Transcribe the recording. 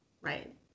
right